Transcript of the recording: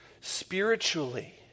Spiritually